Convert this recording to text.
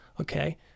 Okay